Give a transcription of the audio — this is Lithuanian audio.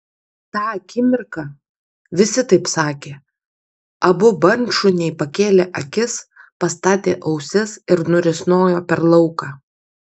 tą akimirką visi taip sakė abu bandšuniai pakėlė akis pastatė ausis ir nurisnojo per lauką